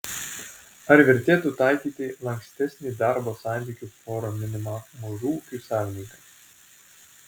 ar vertėtų taikyti lankstesnį darbo santykių forminimą mažų ūkių savininkams